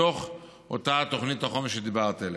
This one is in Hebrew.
מתוך אותה תוכנית החומש שדיברתי עליה: